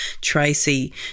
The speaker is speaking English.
Tracy